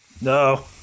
No